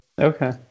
okay